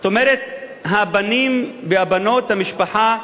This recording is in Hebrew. זאת אומרת, הבנים והבנות, המשפחה,